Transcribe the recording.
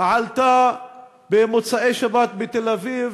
עלתה במוצאי שבת בתל-אביב,